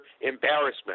embarrassment